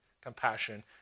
compassion